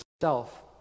self